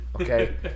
okay